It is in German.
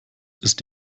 ist